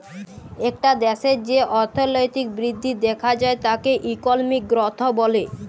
একটা দ্যাশের যে অর্থলৈতিক বৃদ্ধি দ্যাখা যায় তাকে ইকলমিক গ্রথ ব্যলে